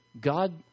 God